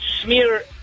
smear